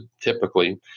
typically